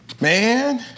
man